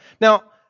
Now